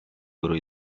guru